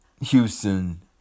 Houston